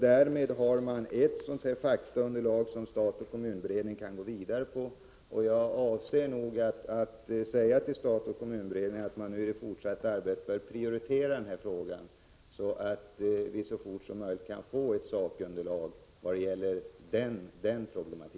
Därmed har vi ett faktaunderlag som statoch kommunberedningen kan arbeta vidare efter. Jag avser nog att säga till statoch kommun-beredningen att i det fortsatta arbetet prioritera den frågan, så att vi så fort som möjligt kan få ett sakunderlag i vad gäller denna problematik.